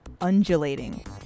undulating